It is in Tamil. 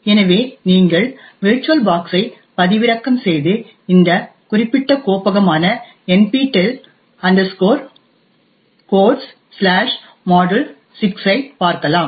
எனவே நீங்கள் விர்ச்சுவல் பாக்ஸ் ஐ பதிவிறக்கம் செய்து இந்த குறிப்பிட்ட கோப்பகமான NPTEL Codes module6 ஐப் பார்க்கலாம்